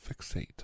fixate